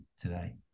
today